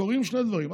קורים שני דברים.